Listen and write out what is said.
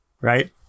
right